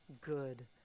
good